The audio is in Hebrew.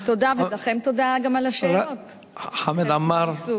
תודה, ולכם תודה גם על השאלות, חמד עמאר.